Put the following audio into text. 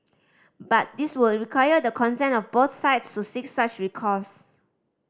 but this would require the consent of both sides to seek such recourse